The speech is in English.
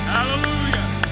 Hallelujah